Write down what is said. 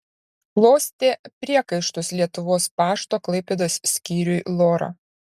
klostė priekaištus lietuvos pašto klaipėdos skyriui lora